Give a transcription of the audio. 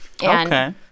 Okay